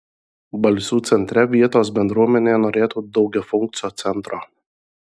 balsių centre vietos bendruomenė norėtų daugiafunkcio centro